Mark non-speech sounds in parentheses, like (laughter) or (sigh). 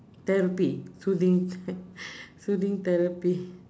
therapy soothing (laughs) soothing therapy